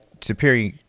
superior